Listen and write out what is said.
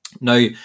now